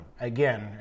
again